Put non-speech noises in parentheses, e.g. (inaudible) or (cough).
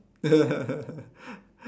(laughs)